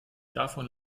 davon